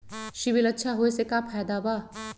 CIBIL अच्छा होऐ से का फायदा बा?